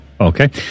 Okay